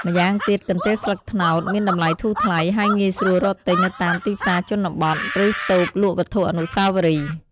ម្យ៉ាងទៀត កន្ទេលស្លឹកត្នោតមានតម្លៃធូរថ្លៃ ហើយងាយស្រួលរកទិញនៅតាមទីផ្សារជនបទ ឬតូបលក់វត្ថុអនុស្សាវរីយ៍។